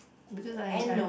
because I I